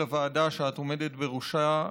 לוועדה שאת עומדת בראשה,